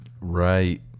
Right